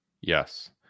Yes